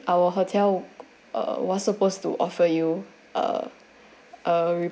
our hotel uh was supposed to offer you uh a